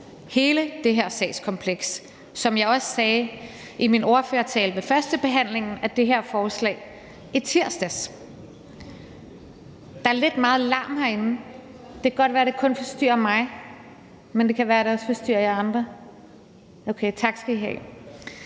hele det her sagskompleks, som jeg også sagde i min ordførertale ved førstebehandlingen af det her forslag i tirsdags. Der er lidt meget larm herinde. Det kan godt være, at det kun forstyrrer mig, men det kan være, at det også forstyrrer jer andre. Tak skal I have.